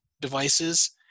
devices